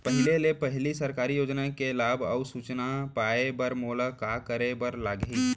पहिले ले पहिली सरकारी योजना के लाभ अऊ सूचना पाए बर मोला का करे बर लागही?